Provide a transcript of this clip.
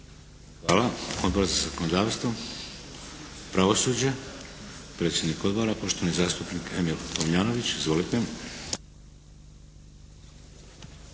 Hvala.